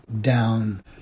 down